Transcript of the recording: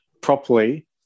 properly